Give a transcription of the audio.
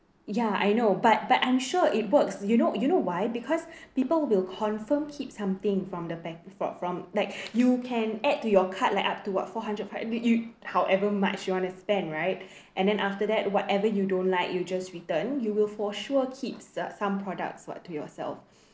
ya I know but but I'm sure it works you know you know why because people will confirm keep something from the pack~ from from like you can add to your cart like up to what four hundred five hundred you however much you want to spend right and then after that whatever you don't like you just return you will for sure keep some products what to yourself